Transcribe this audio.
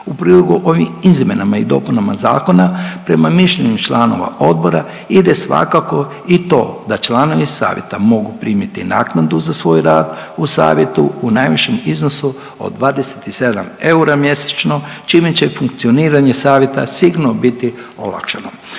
U prijedlogu ovih izmjenama i dopunama zakona prema mišljenju članova odbora ide svakako i to da članovi savjeta mogu primiti naknadu za svoj rad u savjetu u najvišem iznosu od 27 eura mjesečno čime će funkcioniranje savjeta sigurno biti olakšano.